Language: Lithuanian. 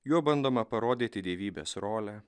juo bandoma parodyti dievybės rolę